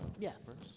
Yes